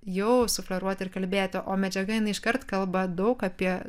jau sufleruoti ir kalbėti o medžiaga jinai iškart kalba daug apie